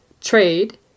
Trade